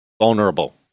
vulnerable